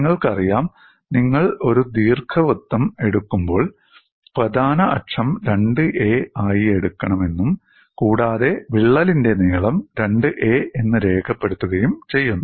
നിങ്ങൾക്കറിയാം നിങ്ങൾ ഒരു ദീർഘവൃത്തം എടുക്കുമ്പോൾ പ്രധാന അക്ഷം 2a ആയി എടുക്കുമെന്നും കൂടാതെ വിള്ളലിന്റെ നീളം 2a എന്ന് രേഖപ്പെടുത്തുകയും ചെയ്യുന്നു